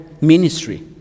ministry